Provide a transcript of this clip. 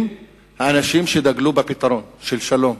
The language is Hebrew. אם האנשים שדגלו בפתרון של שלום